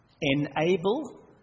enable